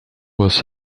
was